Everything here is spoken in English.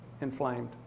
inflamed